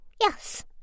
Yes